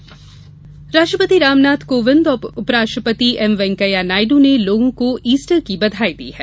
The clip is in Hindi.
ईस्टर राष्ट्रपति रामनाथ कोविंद और उप राष्ट्रपति एम वैंकैया नायडु ने लोगों को ईस्टर की बधाई दी है